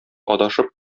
адашып